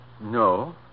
No